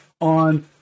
on